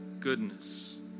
goodness